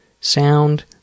sound